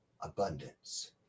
abundance